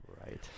right